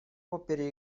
опере